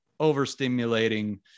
overstimulating